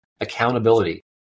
accountability